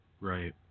Right